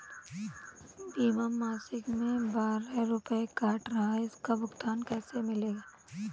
बीमा मासिक में बारह रुपय काट रहा है इसका भुगतान कैसे मिलेगा?